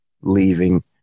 leaving